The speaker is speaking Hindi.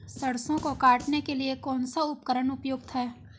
सरसों को काटने के लिये कौन सा उपकरण उपयुक्त है?